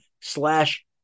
slash